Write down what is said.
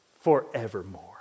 forevermore